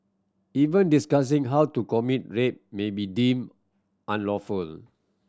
even discussing how to commit rape may be deemed unlawful